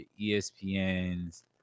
ESPN's